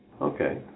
Okay